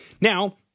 Now